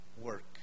work